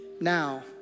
Now